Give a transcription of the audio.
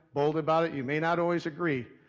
bold about it, you may not always agree,